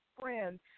friends